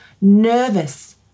Nervous